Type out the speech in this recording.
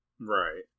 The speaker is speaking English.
right